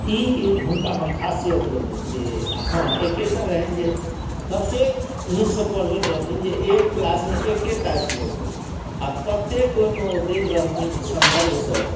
ई हुनका मे खासियत रहनि जे हँ एकेटा रहनि जे ततेक नीकसँ पढ़बैत रहथिन जे एक क्लास मे एकेटा श्लोक होइ आ ततेक ओहिमे ओ दैत रहथिन संदर्भ सब